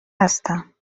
هستم